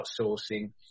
outsourcing